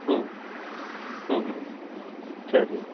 ம் ம்ம் சரி